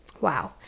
Wow